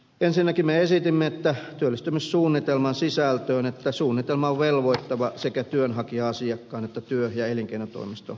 ensinnäkin me esitimme työllistymissuunnitelman sisältöön että suunnitelma on velvoittava sekä työnhakija asiakkaan että työ ja elinkeinotoimiston osalta